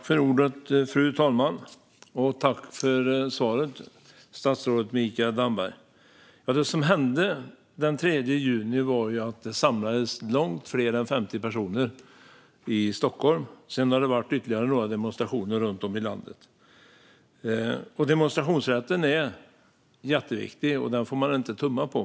Fru talman! Jag tackar statsrådet Mikael Damberg för svaret. Det som hände den 3 juni var att det samlades långt fler än 50 personer i Stockholm. Sedan har det varit ytterligare några demonstrationer runt om i landet. Demonstrationsrätten är jätteviktig, och den får man inte tumma på.